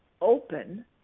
open